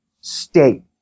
state